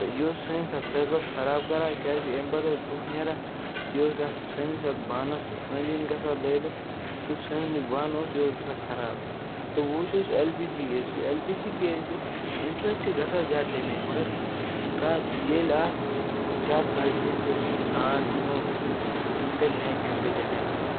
تہٕ یہِ اوس سٲنِس اَتھ پٔتلَس خراب کَران کیٛازِکہِ اَمہِ پٮ۪ٹھ اوس دٕہ نیران یہِ اوس اَتھ سٲنِس اَتھ بانَس أنٛدۍ أنٛدۍ گژھان لٲرِتھ تہٕ سٲنۍ یہِ بانہٕ اوس یہِ اوس گژھان خراب تہٕ وۅنۍ وُچھ یُس ایٚل پی جی گیس یُس ایل پی جی گیس چھُ اَمہِ سۭتۍ چھِ گژھان زیادٕ ڈیمیج مگر کَر ییٚلہِ اَتھ زیادٕ نٔزدیٖک أسۍ نار نِمو تہٕ تیٚلہِ ہیٚکہِ اَمہِ سۭتۍ ڈیٚمیج گٔژھِتھ